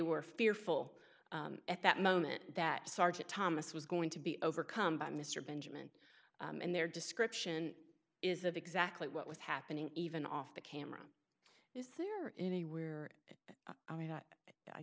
were fearful at that moment that sergeant thomas was going to be overcome by mr benjamin and their description is of exactly what was happening even off the camera is there anywhere i mean